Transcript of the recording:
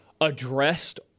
addressed